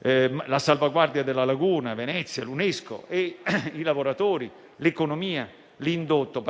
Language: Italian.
la salvaguardia della laguna, Venezia e l'UNESCO, da una parte e i lavoratori, l'economia e l'indotto,